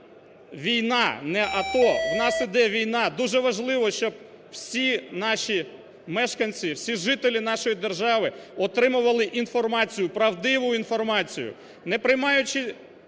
війна, не АТО, в нас йде війна, дуже важливо, щоб всі наші мешканці, всі жителі нашої держави отримували інформацію, правдиву інформацію. Не приймаючи